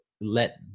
let